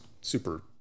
super